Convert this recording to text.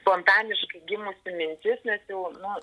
spontaniškai gimusi mintis nes jau nu